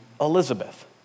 Elizabeth